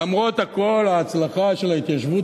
למרות הכול ההצלחה של ההתיישבות,